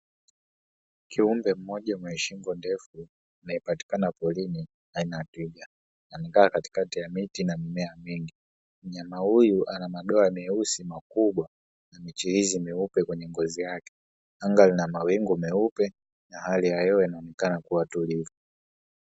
Kiumbe mmoja mwenye shingo ndefu anayepatikana porini na naji katikati ya miti na mimea mingi. Mnyama huyu ana mabowa meusi makubwa na vichirizi meupe kwenye ngozi yake. Anga lina mawingo meupe na hali ya hewa inaonekana kuwa tulivu.